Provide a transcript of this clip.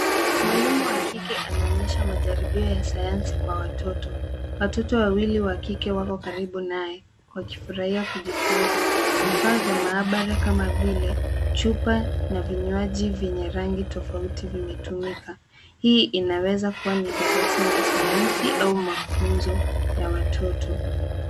Mwalimu wa kike anaonyesha majaribio ya sayansi kwa watoto. Watoto wawili wa kike wako karibu naye wakifurahia kujifunza. Vifaa vya maabara kama vile chupa na vinywaji vyenye rangi tofauti vimetumika. Hii inaweza kuwa ni darasa la sayansi au mafunzo ya watoto.